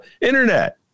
Internet